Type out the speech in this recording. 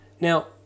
now